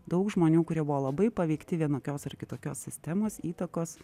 daug žmonių kurie buvo labai paveikti vienokios ar kitokios sistemos įtakos